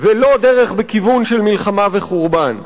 ולא דרך בכיוון של מלחמה וחורבן.